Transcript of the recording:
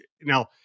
now